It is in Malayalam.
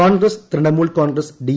കോൺഗ്രസ് തൃണമൂൽ കോൺഗ്രസ് ഡി